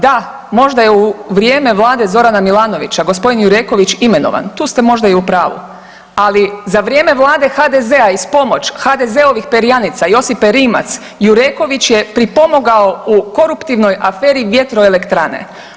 Da, možda je u vrijeme vlade Zorana Milanovića gospodin Jureković imenovan, tu ste možda i u pravu, ali za vrijeme Vlade HDZ-a i uz pomoć HDZ-ovih perjanica Josipe Rimac, Jureković je pripomogao u koruptivnoj aferi vjetroelektrane.